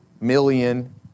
million